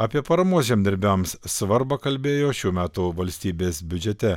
apie paramos žemdirbiams svarbą kalbėjo šių metų valstybės biudžete